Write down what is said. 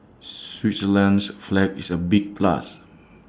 Switzerland's flag is A big plus